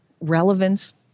relevance